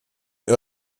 den